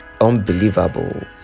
unbelievable